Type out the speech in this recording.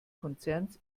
konzerns